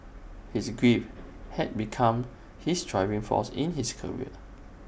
his grief had become his driving force in his career